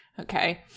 Okay